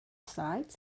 sides